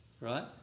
Right